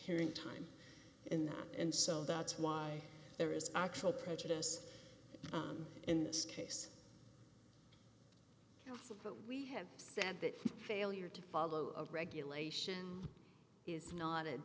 hearing time in that and so that's why there is actual prejudice in this case we have said that failure to follow a regulation is not a